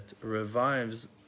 revives